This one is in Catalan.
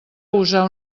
usar